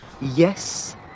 Yes